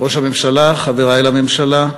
ראש הממשלה, חברי לממשלה,